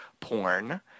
porn